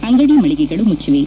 ಅಂಗಡಿ ಮಳಿಗೆಗಳು ಮುಚ್ಚಿವೆ